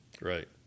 Right